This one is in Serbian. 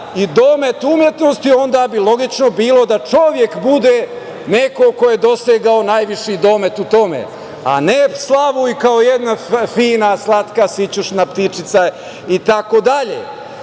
i domet umetnosti, onda bi logično bilo da čovek bude neko ko je dosegao najviši domet u tome, a ne slavuj kao jedna fina, slatka, sićuštna ptičica itd.